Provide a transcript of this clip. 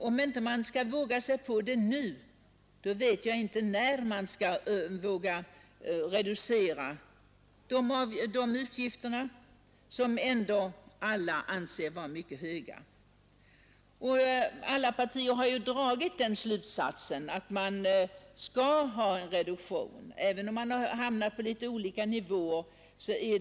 Om man inte skall våga sig på det nu, vet jag inte, när man skall reducera kostnaderna, som ändå alla anser vara mycket höga. Alla partier har ju också dragit den slutsatsen, att det skall ske en reduktion, även om man har hamnat på litet olika nivåer.